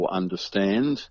understand